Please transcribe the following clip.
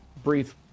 brief